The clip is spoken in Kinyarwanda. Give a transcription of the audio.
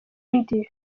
undi